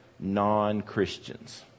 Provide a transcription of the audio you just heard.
non-christians